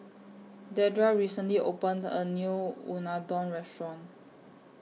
Deidra recently opened A New Unadon Restaurant